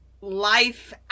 life